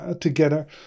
together